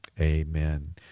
Amen